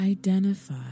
Identify